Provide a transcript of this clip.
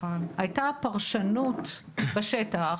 הייתה פרשנות בשטח,